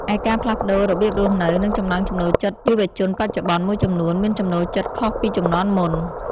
ឯការផ្លាស់ប្ដូររបៀបរស់នៅ និងចំណង់ចំណូលចិត្តយុវជនបច្ចុប្បន្នមួយចំនួនមានចំណូលចិត្តខុសពីជំនាន់មុន ។